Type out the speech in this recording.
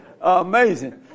Amazing